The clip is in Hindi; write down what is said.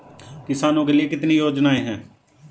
किसानों के लिए कितनी योजनाएं हैं?